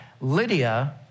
lydia